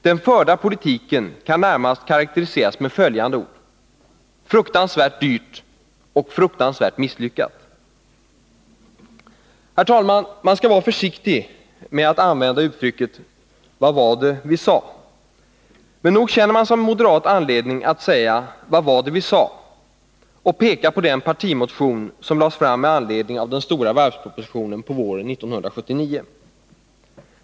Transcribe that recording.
Den förda politiken kan närmast karakteriseras med följande ord: fruktansvärt dyr och fruktansvärt misslyckad. Herr talman! Man skall vara försiktig med att använda uttrycket Vad var det vi sade? Men nog känner man som moderat anledning att säga: Vad var det vi sade? och peka på den partimotion som lades fram med anledning av den stora varvspropositionen på våren 1979.